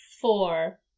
Four